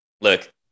look –